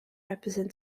represent